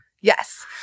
Yes